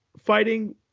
fighting